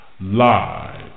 live